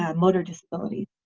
um motor disability.